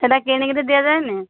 ସେଇଟା କିଣିକିରି ଦିଆଯାଏନି